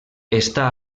està